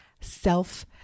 self